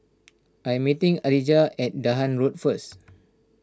I am meeting Alijah at Dahan Road first